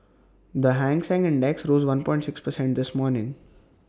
the hang Seng index rose one point six precent this morning